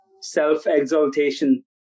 self-exaltation